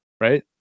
right